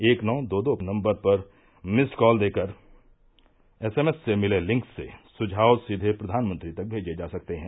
एक नौ दो दो नम्बर पर मिस्ड कॉल देकर एसएमएस से मिले लिंक से सुझाव सीधे प्रधानमंत्री तक भेजे जा सकते हैं